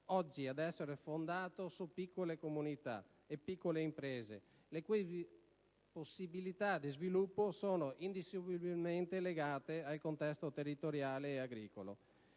oggi ad essere fondato su piccole comunità e piccole imprese, le cui possibilità di sviluppo sono indissolubilmente legate al contesto territoriale e agricolo.